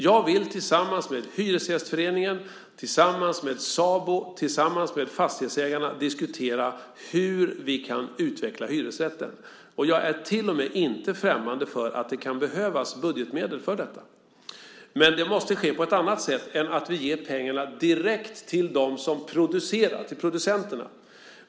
Jag vill tillsammans med Hyresgästföreningen, Sabo och Fastighetsägarna diskutera hur vi kan utveckla hyresrätten. Jag är inte ens främmande för att det kan behövas budgetmedel för detta. Det måste dock ske på ett annat sätt än genom att ge pengarna direkt till producenterna.